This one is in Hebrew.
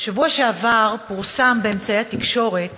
בשבוע שעבר פורסם באמצעי התקשורת